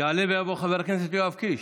יעלה ויבוא חבר הכנסת יואב קיש.